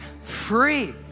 Free